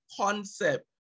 concept